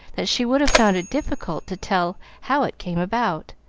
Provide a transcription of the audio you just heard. that she would have found it difficult to tell how it came about.